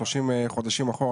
הוא יכול לבקש 30 חודשים אחורה,